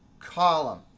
column.